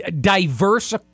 diverse